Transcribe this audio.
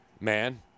Man